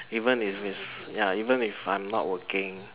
even if is ya even if I'm not working